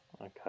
Okay